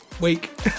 week